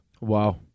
Wow